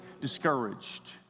discouraged